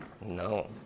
No